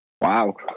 Wow